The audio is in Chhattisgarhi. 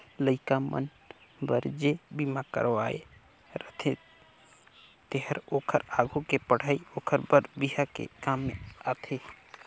लइका मन बर जे बिमा करवाये रथें तेहर ओखर आघु के पढ़ई ओखर बर बिहा के काम में आथे